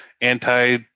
anti